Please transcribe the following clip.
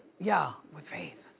yeah, with faith.